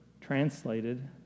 translated